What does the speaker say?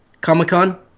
Comic-Con